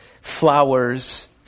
flowers